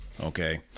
Okay